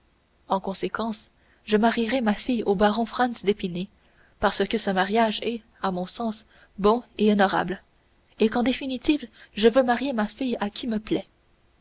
en conséquence je marierai ma fille au baron franz d'épinay parce que ce mariage est à mon sens bon et honorable et qu'en définitive je veux marier ma fille à qui me plaît